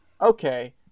okay